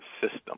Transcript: system